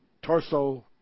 torso